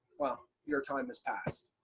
well your time has passed.